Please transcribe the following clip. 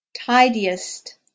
Tidiest